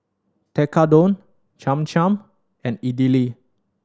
Tekkadon Cham Cham and Idili